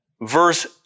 verse